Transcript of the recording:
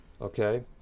Okay